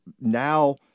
now